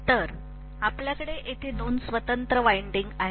तर आपल्याकडे येथे दोन स्वतंत्र वायंडिंग आहेत